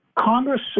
Congress